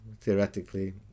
theoretically